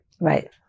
Right